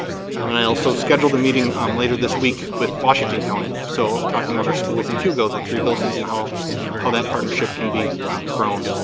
um and i also scheduled a meeting um later this week with washington county so talking about our schools in hugo, the three buildings and how how that partnership can be grown.